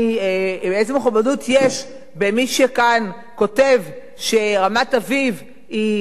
איזה מכובדות יש במי שכאן כותב שרמת-אביב היא